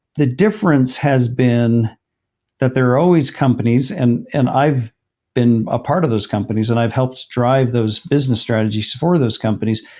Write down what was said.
the difference has been that there are always companies, and and i've been a part of those companies and i've helped drive those business strategies for those companies.